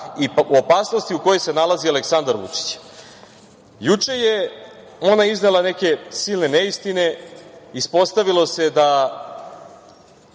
i opasnosti u kojoj se nalazi Aleksandar Vučić. Juče je ona iznela neke silne neistine. Ispostavilo se da